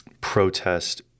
protest